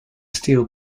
steel